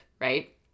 right